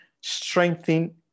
strengthen